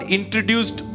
introduced